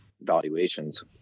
valuations